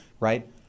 Right